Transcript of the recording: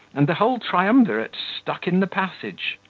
and the whole triumvirate stuck in the passage.